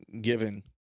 given